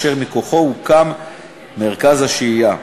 אשר מכוחו הוקם מרכז השהייה.